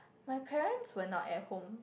my parents were not at home